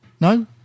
No